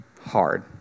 hard